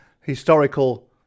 historical